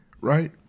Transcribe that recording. right